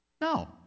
No